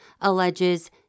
alleges